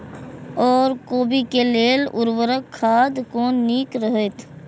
ओर कोबी के लेल उर्वरक खाद कोन नीक रहैत?